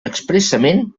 expressament